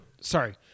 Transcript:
sorry